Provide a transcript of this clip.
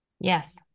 Yes